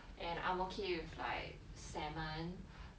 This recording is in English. and I'm ok with like salmon